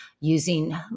using